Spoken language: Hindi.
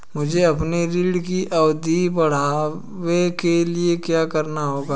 मुझे अपने ऋण की अवधि बढ़वाने के लिए क्या करना होगा?